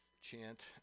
chant